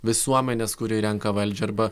visuomenės kuri renka valdžią arba